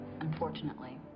unfortunately